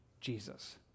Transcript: Jesus